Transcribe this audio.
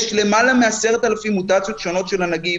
יש למעלה מ-10,000 מוטציות שונות של הנגיף,